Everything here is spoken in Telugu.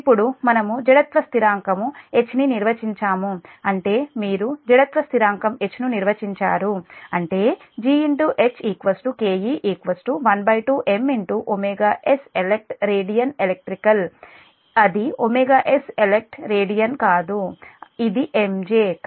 ఇప్పుడు మనము జడత్వ స్థిరాంకం H ని నిర్వచించాము అంటే మీరు జడత్వ స్థిరాంకం H ను నిర్వచించారు అంటే G H KE 12 M s elect radian electrical అది s elect రేడియన్ కాదు ఇది MJ